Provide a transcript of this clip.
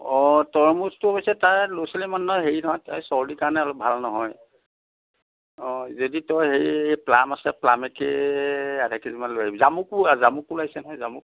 তৰমুজটো অৱশ্যে তাৰ ল'ৰা ছোৱালী মানুহৰ হেৰি নহয় তাৰ চৰ্দি কাৰণে অলপ ভাল নহয় যদি তই হেৰি প্লাম আছে প্লামকে আধা কিলোমান লৈ আহিবি জামুক জামুকো ওলাইছে নহয় জামুক